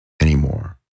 anymore